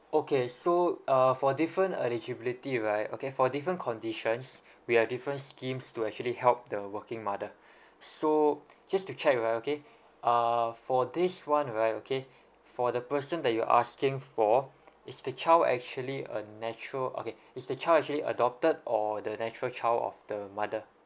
okay so uh for different eligibility right okay for different conditions we have different schemes to actually help the working mother so just to check right okay uh for this [one] right okay for the person that you're asking for is the child actually a natural okay is the child actually adopted or the natural child of the mother